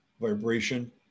vibration